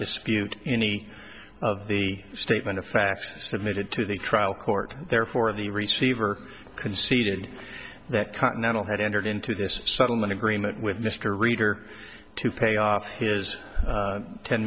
dispute any of the statement of facts submitted to the trial court therefore the receiver conceded that continental had entered into this settlement agreement with mr reader to pay off his